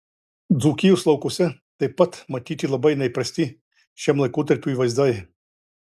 dzūkijos laukuose taip pat matyti labai neįprasti šiam laikotarpiui vaizdai